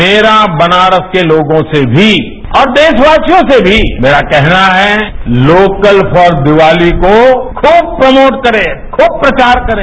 मेरा बनारस के लोगों से भी और देखवासियों से भी मेरा कहना है कि लोकत फॉर दीवाली को खुब प्रमोट करें खुब प्रचार करें